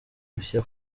mushya